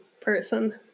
person